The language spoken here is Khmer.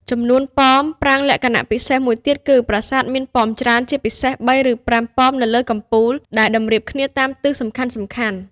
ចំនួនប៉ម ប្រាង្គលក្ខណៈពិសេសមួយទៀតគឺ ប្រាសាទមានប៉មច្រើន ជាពិសេស ៣ ឬ ៥ ប៉មនៅលើកំពូល ដែលតម្រៀបគ្នាតាមទិសសំខាន់ៗ។